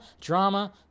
drama